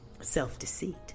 self-deceit